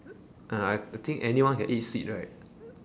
ah I think anyone can eat sweet right